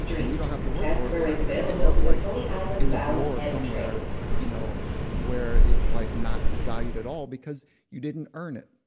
and you don't have to work for it. well that's gonna end up like in a drawer somewhere you know where it's like not valued at al because you didn't earn it.